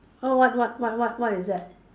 what what what what what is that